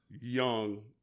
young